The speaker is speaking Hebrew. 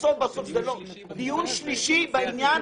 זה דיון שלישי בעניין הזה.